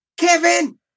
Kevin